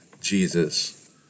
Jesus